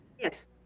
Yes